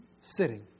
sitting